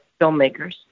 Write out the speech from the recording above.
filmmakers